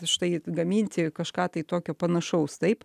štai gaminti kažką tai tokio panašaus taip